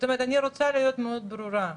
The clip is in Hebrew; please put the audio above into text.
אני רוצה להיות מאוד ברורה,